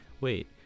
wait